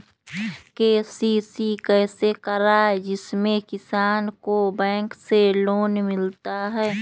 KCC कैसे कराये जिसमे किसान को बैंक से लोन मिलता है?